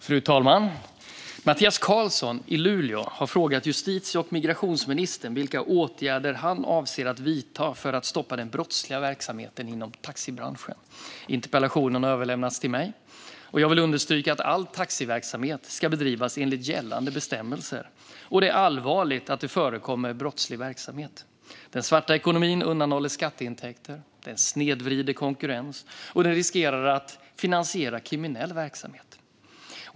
Fru talman! Mattias Karlsson i Luleå har frågat justitie och migrationsministern vilka åtgärder han avser att vidta för att stoppa den brottsliga verksamheten inom taxibranschen. Interpellationen har överlämnats till mig. Jag vill understryka att all taxiverksamhet ska bedrivas enligt gällande bestämmelser, och det är allvarligt att det förekommer brottslig verksamhet. Den svarta ekonomin undanhåller skatteintäkter, snedvrider konkurrens och riskerar att finansiera kriminell verksamhet.